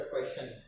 question